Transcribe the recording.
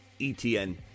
ETN